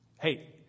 Hey